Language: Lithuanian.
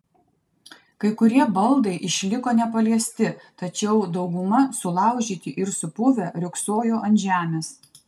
kai kurie baldai išliko nepaliesti tačiau dauguma sulaužyti ir supuvę riogsojo ant žemės